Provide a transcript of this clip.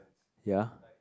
ya